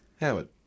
Howard